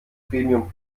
premium